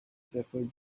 preferred